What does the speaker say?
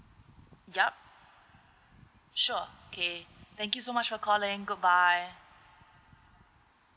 yup sure okay thank you so much for calling goodbye